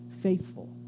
faithful